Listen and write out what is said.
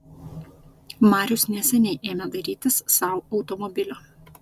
marius neseniai ėmė dairytis sau automobilio